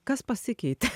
kas pasikeitė